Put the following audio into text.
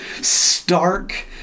stark